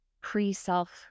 pre-self